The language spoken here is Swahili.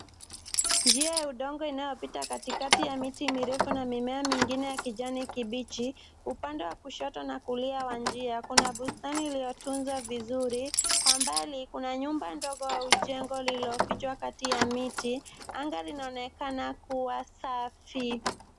Njia ya udongo inayopita katikati ya miti mirefu na mimea mingine ya kijani kibichi, upande wa kushoto na kulia wa njia kuna bustani lililotunzwa vizuri. Kwa mbali kuna nyumba ndogo au jengo lililofichwa kati ya miti, anga linaonekana kuwa safi.